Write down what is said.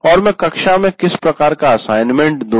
और मैं कक्षा में किस प्रकार का असाइनमेंट दू